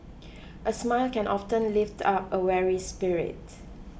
a smile can often lift up a weary spirit